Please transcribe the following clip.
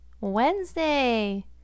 Wednesday